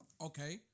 Okay